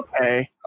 Okay